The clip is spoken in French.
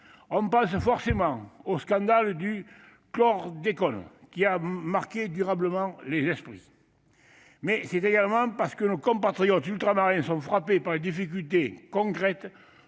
On pense forcément au scandale du chlordécone, qui a marqué durablement les esprits. Par ailleurs, nos compatriotes ultramarins sont frappés par des difficultés concrètes